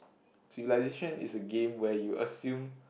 civilization is a game where you assume